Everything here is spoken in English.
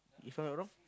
if I'm not wrong